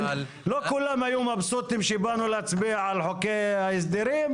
לא כולם היו מבסוטים כשבאנו להצביע על חוקי ההסדרים.